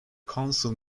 council